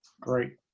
Great